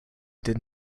did